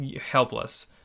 helpless